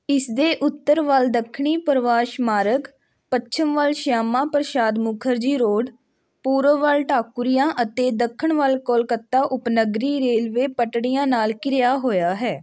ਇਸ ਦੇ ਉੱਤਰ ਵੱਲ ਦੱਖਣੀ ਪ੍ਰਵਾਸ਼ ਮਾਰਗ ਪੱਛਮ ਵੱਲ ਸ਼ਿਆਮਾ ਪ੍ਰਸ਼ਾਦ ਮੁਖਰਜੀ ਰੋਡ ਪੂਰਬ ਵੱਲ ਢਾਕੂਰੀਆ ਅਤੇ ਦੱਖਣ ਵੱਲ ਕੋਲਕਾਤਾ ਉਪਨਗਰੀ ਰੇਲਵੇ ਪਟੜੀਆਂ ਨਾਲ ਘਿਰਿਆ ਹੋਇਆ ਹੈ